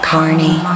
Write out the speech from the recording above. Carney